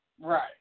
Right